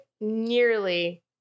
nearly